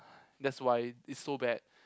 that's why it so bad